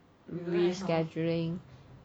rescheduling